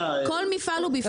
כל מפעל הוא בפני עצמו.